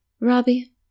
Robbie